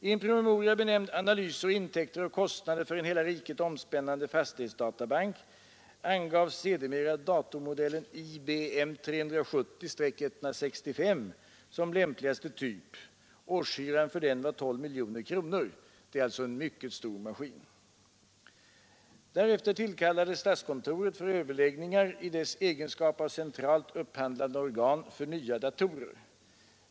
I en promemoria benämnd ”Analyser och intäkter och kostnader för en hela riket omspännande fastighetsdatabank” angavs sedermera datormodellen IBM 370/165 som lämpligaste typ. Årshyran för den var 12 miljoner kronor. Det är alltså en mycket stor maskin. Därefter tillkallades statskontoret för överläggningar i dess egenskap av centralt upphandlande organ för nya datorer.